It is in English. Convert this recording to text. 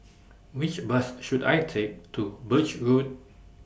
Which Bus should I Take to Birch Road